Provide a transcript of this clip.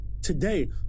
Today